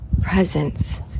Presence